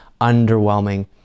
underwhelming